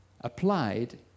applied